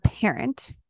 parent